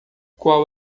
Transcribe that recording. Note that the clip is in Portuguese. qual